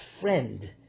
friend